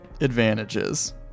advantages